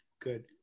good